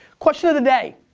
question of the day.